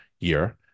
year